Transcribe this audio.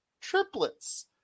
triplets